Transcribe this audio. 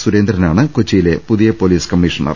സുരേന്ദ്രനാണ് കൊച്ചിയിലെ പുതിയ police commissioner